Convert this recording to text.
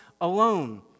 alone